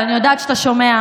אבל אני יודעת שאתה שומע.